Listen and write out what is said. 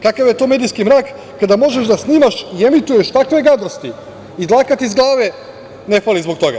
Kakav je to medijski mrak kada možeš da snimaš i emituješ takve gadosti i dlaka ti sa glave ne fali zbog toga?